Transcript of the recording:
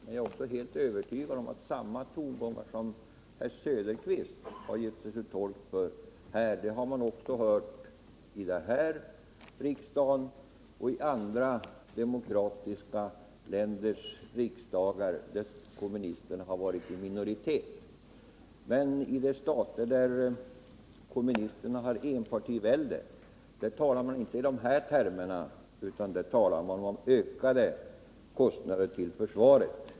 Men jag är också helt övertygad om att samma tongångar som herr Söderqvist gjorde sig till tolk för här har man hört i denna riksdag och i andra demokratiska länders riksdagar, där kommunisterna befunnit sig i minoritet. I de stater däremot där kommunis terna har infört enpartivälde talar man inte i dessa termer, utan där talar man om ökade anslag till försvaret.